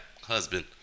husband